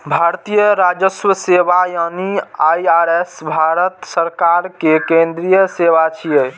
भारतीय राजस्व सेवा यानी आई.आर.एस भारत सरकार के केंद्रीय सेवा छियै